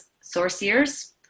sorcerers